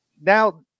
now